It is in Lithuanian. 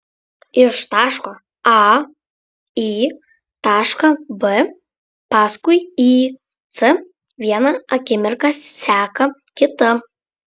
iš taško a į tašką b paskui į c viena akimirka seka kitą